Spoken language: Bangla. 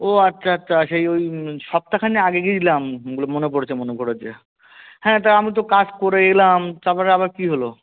ও আচ্ছা আচ্ছা সেই ওই সপ্তাখানেক আগে গেছিলাম হুম বলে মনে পড়েছে মনে পড়েছে হ্যাঁ তা আমি তো কাজ করে এলাম তারপরে আবার কী হলো